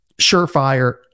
surefire